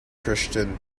christian